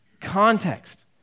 Context